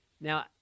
now